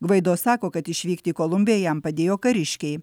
gvaido sako kad išvykti į kolumbiją jam padėjo kariškiai